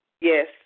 Yes